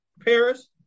Paris